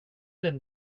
den